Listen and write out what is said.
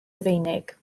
rufeinig